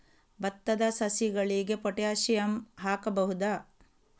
ಭತ್ತದ ಸಸಿಗಳಿಗೆ ಪೊಟ್ಯಾಸಿಯಂ ಹಾಕಬಹುದಾ?